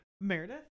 Meredith